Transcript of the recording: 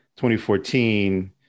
2014